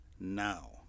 now